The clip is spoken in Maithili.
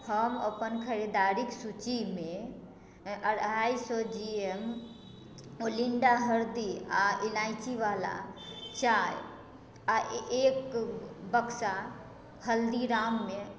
हम अपन खरीदारीक सूचीमे अढ़ाइ सए जी एम ओलिण्डा हरदी आ इलायची वाला चाय आ एक बक्सा हल्दीराममे